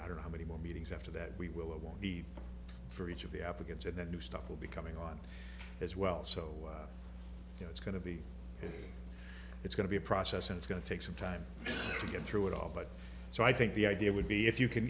or how many more meetings after that we will it won't be for each of the applicants and the new stuff will be coming on as well so you know it's going to be it's going to be a process and it's going to take some time to get through it all but so i think the idea would be if you can